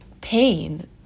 pain